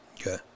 okay